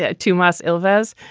ah too much alvez.